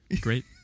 Great